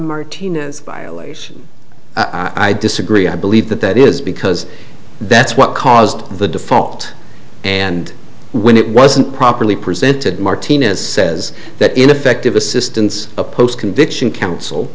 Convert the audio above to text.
martinez violation i disagree i believe that that is because that's what caused the default and when it wasn't properly presented martina's says that ineffective assistance of post conviction counsel